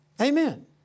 Amen